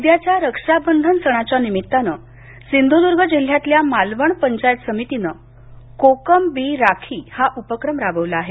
उद्याच्या रक्षाबंधन सणाच्या निमित्तानं सिंधुर्द्ग जिल्ह्यातल्या मालवण पंचायत समितीनं कोकम बी राखी हा उपक्रम राबवला आहे